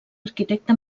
arquitecte